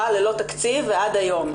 ללא תקציב ועד היום.